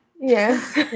Yes